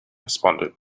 responded